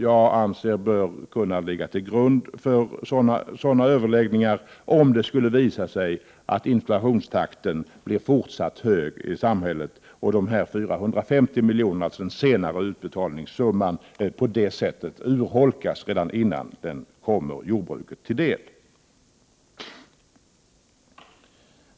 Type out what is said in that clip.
Jag anser att detta bör kunna ligga till grund för överläggningar om det skulle visa sig att inflationstakten blir fortsatt hög och de 450 milj.kr., dvs. den summa som skall utbetalas senare, urholkas redan innan de kommer jordbruket till del.